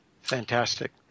Fantastic